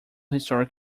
historic